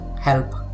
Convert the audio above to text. help